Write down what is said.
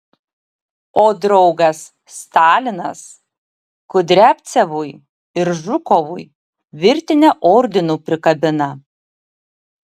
o draugas stalinas kudriavcevui ir žukovui virtinę ordinų prikabina